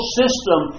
system